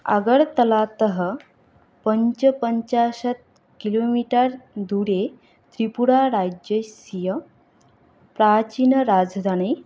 अगर्तलातः पञ्चपञ्चाशत् kilometre दूरे त्रिपुराराज्यस्य प्राचीनराजधानी